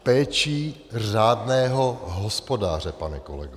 Péčí řádného hospodáře, pane kolego.